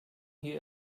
hier